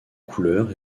couleurs